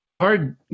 Hard